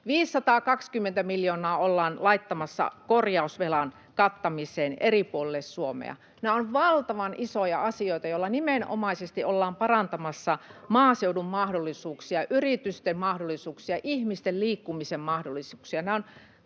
520 miljoonaa ollaan laittamassa korjausvelan kattamiseen eri puolille Suomea. Nämä ovat valtavan isoja asioita, joilla nimenomaisesti ollaan parantamassa maaseudun mahdollisuuksia, yritysten mahdollisuuksia, ihmisten liikkumisen mahdollisuuksia.